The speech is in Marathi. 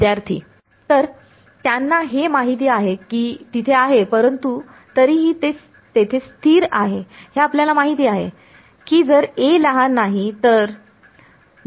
विद्यार्थी तर त्यांना हे माहित आहे की तिथे आहे परंतु तरीही तेथे स्थिर आहे हे आपल्याला माहित आहे की जर a लहान नाही तर